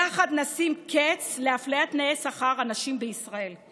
יחד נשים קץ לאפליית נשים בישראל בתנאי שכר.